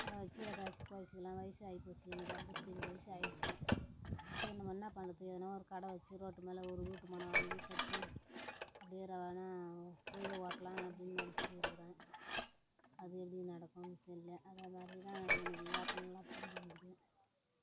அதை வச்சு ஏதாச்சும் பிழச்சுக்கலாம் வயசாகி போச்சு எனக்கு ஐம்பத்தி அஞ்சு வயது ஆகிருச்சு சரி நம்ம என்ன பண்ணுறது எதனால் ஒரு கடை வச்சு ரோட்டு மேலே ஒரு வீட்டு மனை வாங்கி கட்டி அப்படியே ரா நா பொழுத ஓட்டலாம் அப்படின்னு நினச்சுக்கின்னு இருக்கிறேன் அது எப்படி நடக்கும்ன்னு தெரில அதை மாதிரி தான் எனக்கு யோசனை எல்லாம் புரிஞ்சுருக்குது